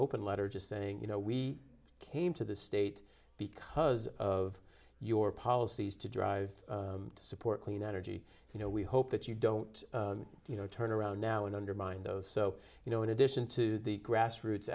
open letter just saying you know we came to the state because of your policies to drive to support clean energy you know we hope that you don't you know turn around now and undermine those so you know in addition to the grassroots